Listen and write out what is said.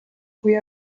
cui